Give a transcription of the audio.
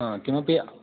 हा किमपि